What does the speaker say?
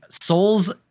souls